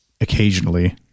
occasionally